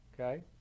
Okay